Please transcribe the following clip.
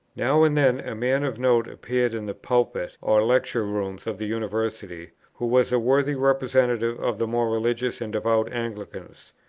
now and then a man of note appeared in the pulpit or lecture rooms of the university, who was a worthy representative of the more religious and devout anglicans.